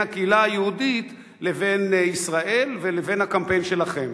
הקהילה היהודית לבין ישראל והקמפיין שלכם,